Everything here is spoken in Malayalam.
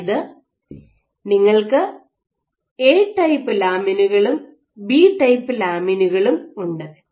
അതായത് നിങ്ങൾക്ക് എ ടൈപ്പ് ലാമിനുകളും ബി ടൈപ്പ് ലാമിനുകളും ഉണ്ട്